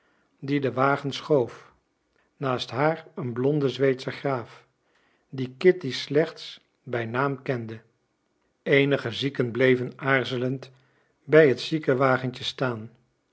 die den wagen schoof naast haar een blonde zweedsche graaf dien kitty slechts bij naam kende eenige zieken bleven aarzelend bij het ziekenwagentje staan